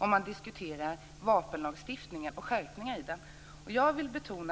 när man diskuterar vapenlagstiftningen och skärpningar i den framställs som att man antingen är positiv till jakt eller motståndare till den.